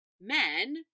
men